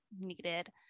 needed